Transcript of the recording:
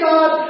God